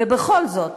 ובכל זאת,